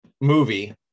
movie